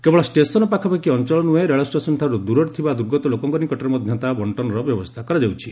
କେବଳ ଷ୍ଟେସନ ପାଖାପାଖି ଅଞ୍ଚଳ ନୁହେଁ ରେଳ ଷ୍ଟେସନଠାରୁ ଦୂରରେ ଥିବା ଦୁର୍ଗତ ଲୋକଙ୍କ ନିକଟରେ ମଧ୍ୟ ତାହା ବଙ୍କନର ବ୍ୟବସ୍କା କରାଯାଉଛି